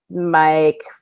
Mike